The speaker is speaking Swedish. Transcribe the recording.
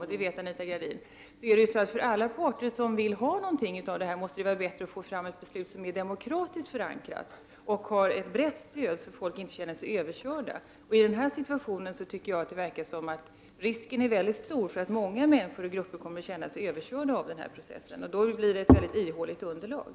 Oavsett vad man tycker borde det för alla parter vara bättre att få till stånd ett beslut som är demokratiskt förankrat och som har ett bredd stöd så att folk inte känner sig överkörda. I den här situationen tycker jag att det verkar som att risken är väldigt stor för att många människor och grupper kommer att känna sig överkörda i den här processen. Då blir också underlaget mycket ihåligt.